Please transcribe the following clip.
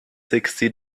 sixty